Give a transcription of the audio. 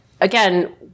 again